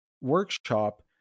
workshop